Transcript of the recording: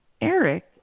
Eric